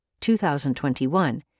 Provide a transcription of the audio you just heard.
2021